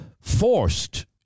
forced